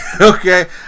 Okay